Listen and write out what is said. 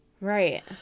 Right